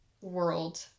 world